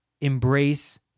embrace